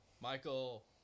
Michael